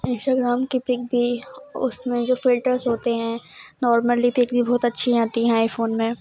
Instagram کے pic بھی اس میں جو فلٹرس ہوتے ہیں نارملی پک بھی بہت اچّھی آتی ہیں آئی فون میں